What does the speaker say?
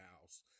house